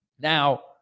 Now